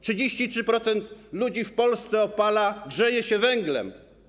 33% ludzi w Polsce opala, grzeje się węglem.